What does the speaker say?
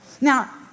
Now